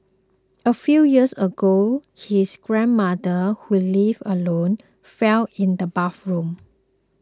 a few years ago his grandmother who lived alone fell in the bathroom